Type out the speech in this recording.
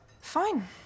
Fine